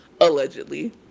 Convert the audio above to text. allegedly